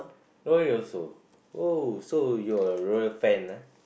l'oreal also oh so you're a l'oreal fan ah